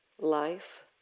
life